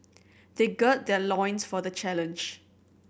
they gird their loins for the challenge